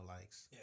likes